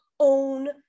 own